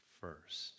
first